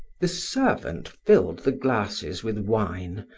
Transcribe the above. the servant filled the glasses with wine,